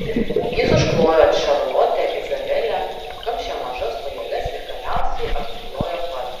jis užklojo šarlotę izabelę apkamšė mažas kojeles ir galiausiai apsiklojo pats